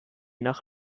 nach